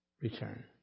return